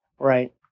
Right